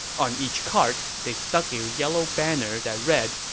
on each cart, they stuck a yellow banner that read,